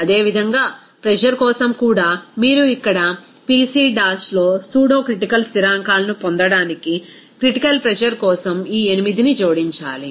అదేవిధంగా ప్రెజర్ కోసం కూడా మీరు ఇక్కడ Pc డాష్లో సూడో క్రిటికల్ స్థిరాంకాలను పొందడానికి క్రిటికల్ ప్రెజర్ కోసం ఈ 8ని జోడించాలి